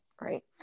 right